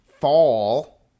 fall